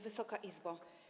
Wysoka Izbo!